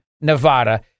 nevada